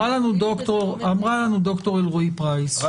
אבל